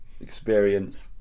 experience